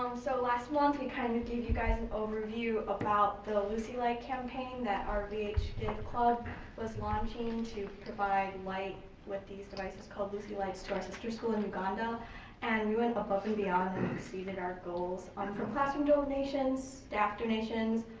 um so last month we kind of gave you guys an overview about the lucy light campaign that our vh kid club was launching to provide light with these devices called lucy lights to our sister school in uganda and we went but above and beyond and and to see that our goals from classroom donations, staff donations,